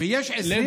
ויש 20,